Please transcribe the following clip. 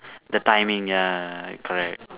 the timing ya correct